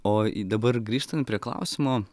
o dabar grįžtant prie klausimo